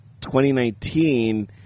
2019